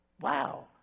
Wow